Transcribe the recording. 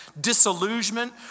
disillusionment